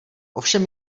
ovšem